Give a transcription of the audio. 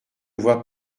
vois